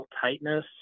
tightness